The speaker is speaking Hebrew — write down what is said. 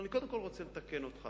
ואני קודם כול רוצה לתקן אותך,